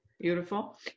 Beautiful